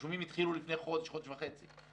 התחיל לפני חודש-חודש וחצי.